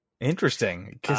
Interesting